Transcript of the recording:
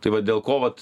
tai va dėl ko vat